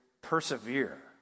persevere